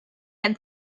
had